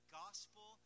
gospel